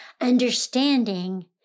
understanding